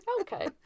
Okay